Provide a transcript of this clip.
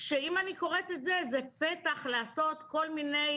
שאם אני קוראת את זה זה פתח לעשות כל מיני